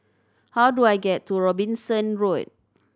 how do I get to Robinson Road